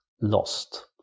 lost